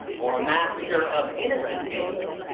or a massacre of innocent beings?